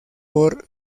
por